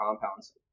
Compounds